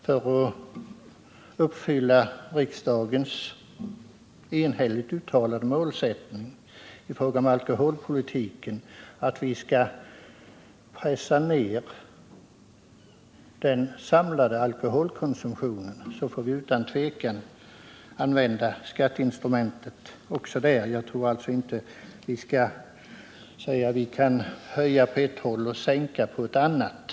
För att uppfylla riksdagens enhälligt uttalade målsättning för alkoholpolitiken — att pressa ned den samlade alkholkonsumtionen — måste vi utan tvivel även använde skatteinstrumentet. Jag tror alltså inte att man kan höja skatten på ett håll och sänka den på ett annat.